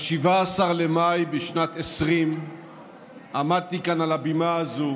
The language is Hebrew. ב-17 במאי בשנת 2020 עמדתי כאן על הבימה הזאת